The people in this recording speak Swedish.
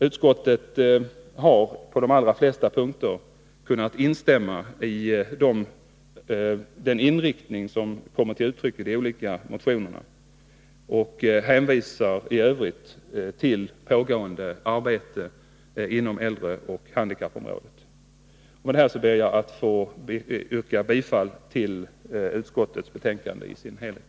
Utskottet har på de allra flesta punkter kunnat ställa sig bakom den inriktning som kommit till uttryck i de olika motionerna och i övrigt hänvisat till pågående arbete inom äldreoch handikappområdet. Med detta ber jag att få yrka bifall till utskottets hemställan i dess helhet.